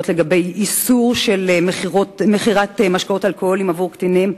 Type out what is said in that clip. לאיסור מכירת משקאות אלכוהוליים לקטינים,